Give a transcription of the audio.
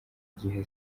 gihe